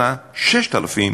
2685,